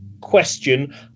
question